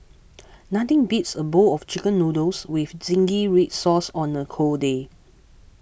nothing beats a bowl of Chicken Noodles with Zingy Red Sauce on a cold day